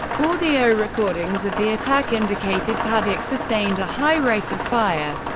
audio recordings of the attack indicated paddock sustained a high rate of fire,